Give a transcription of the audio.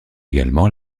également